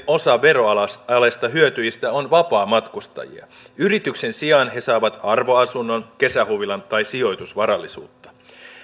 osa veroalesta hyötyjistä on vapaamatkustajia yrityksen sijaan he saavat arvoasunnon kesähuvilan tai sijoitusvarallisuutta nolla pilkku